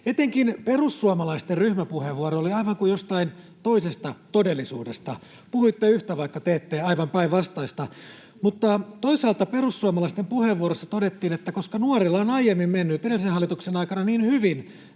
Etenkin perussuomalaisten ryhmäpuheenvuoro oli aivan kuin jostakin toisesta todellisuudesta. Puhuitte yhtä, vaikka teette aivan päinvastaista. Mutta toisaalta perussuomalaisten puheenvuorossa todettiin, että koska nuorilla on aiemmin mennyt, edellisen hallituksen aikana, niin hyvin,